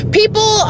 people